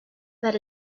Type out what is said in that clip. but